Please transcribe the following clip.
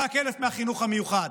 ורק 1,000 מהחינוך המיוחד.